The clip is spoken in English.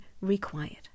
required